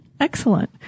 Excellent